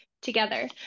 together